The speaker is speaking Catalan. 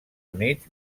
units